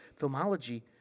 filmology